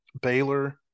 Baylor